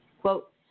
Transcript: Quote